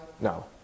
No